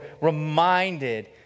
reminded